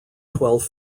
twelve